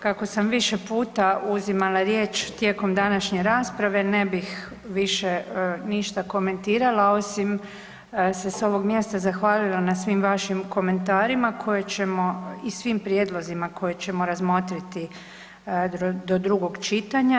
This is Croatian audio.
Kako sam više puta uzimala riječ tijekom današnje rasprave ne bih više ništa komentirala osim se s ovog mjesta zahvalila na svim vašim komentarima i svim prijedlozima koje ćemo razmotriti do drugog čitanja.